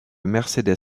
mercedes